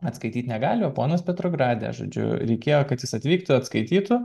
atskaityti negalima o ponas petrograde žodžiu reikėjo kad jis atvyktų atskaitytų